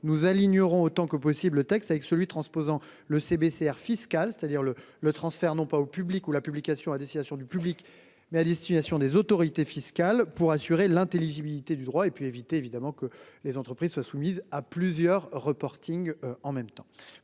nous aligneront autant que possible le texte avec celui transposant le CBC fiscal, c'est-à-dire le le transfert, non pas au public ou la publication à destination du public mais à destination des autorités fiscales pour assurer l'intelligibilité du droit et puis éviter évidemment que les entreprises soient soumises à plusieurs reporting en même temps